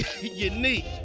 Unique